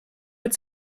wird